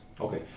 Okay